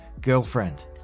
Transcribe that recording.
girlfriend